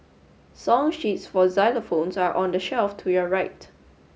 song sheets for xylophones are on the shelf to your right